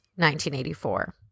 1984